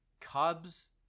Cubs